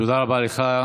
תודה רבה לך.